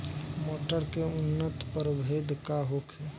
मटर के उन्नत प्रभेद का होखे?